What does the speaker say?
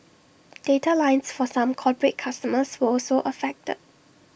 data lines for some corporate customers were also affected